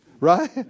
right